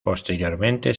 posteriormente